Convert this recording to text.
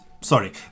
Sorry